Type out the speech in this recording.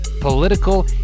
political